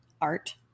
Art